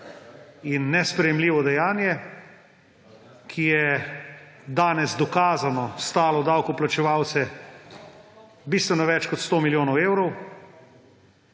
in nesprejemljivo dejanje, ki je danes dokazano stalo davkoplačevalce bistveno več kot 100 milijonov evrov.